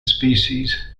species